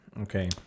Okay